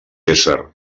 ésser